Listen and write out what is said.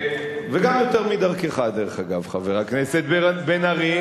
וגם יותר מדרכך, דרך אגב, חבר הכנסת בן-ארי.